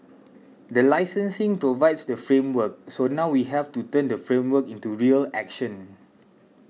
the licensing provides the framework so now we have to turn the framework into real action